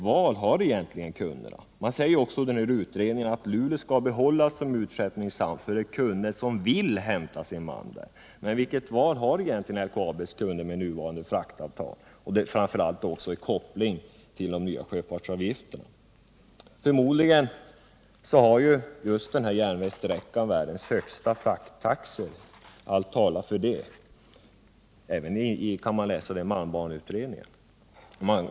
Utredningen säger också att Luleå skall behållas som utskeppningshamn för de kunder som vill hämta sin malm där. Men vilket val har egentligen LKAB:s kunder med nuvarande fraktavtal, och framför allt när det kopplas till de nya sjöfartsavgifterna? Förmodligen har denna järnvägssträcka världens högsta frakttaxor — allt talar för det och man kan även utläsa det i malmbaneutredningen.